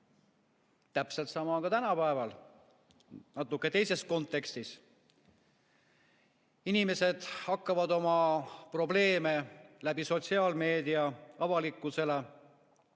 Täpselt sama on ka tänapäeval natuke teises kontekstis. Inimesed hakkavad oma probleeme läbi sotsiaalmeedia avalikkusele